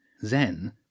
Zen